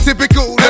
Typical